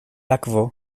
akvo